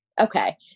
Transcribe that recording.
Okay